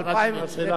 לא שמעתי אותה.